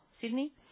Sydney